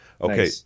Okay